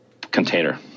container